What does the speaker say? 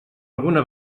alguna